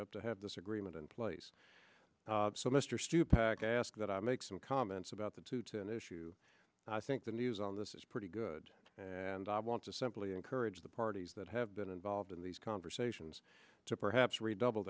markup to have this agreement in place so mr stupak asked that i make some comments about the two to an issue i think the news on this is pretty good and i want to simply encourage the parties that have been involved in these conversations to perhaps redouble